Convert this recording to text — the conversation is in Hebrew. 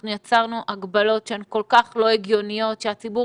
אנחנו יצרנו הגבלות שהן כל כך לא הגיוניות שהציבור